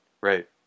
Right